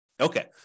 Okay